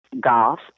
golf